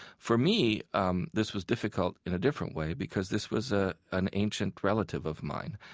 for me, um this was difficult in a different way because this was ah an ancient relative of mine.